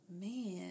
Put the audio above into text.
Man